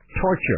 torture